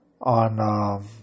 on